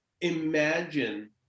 imagine